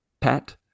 Pat